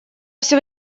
все